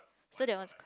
so that one is